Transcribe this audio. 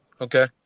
okay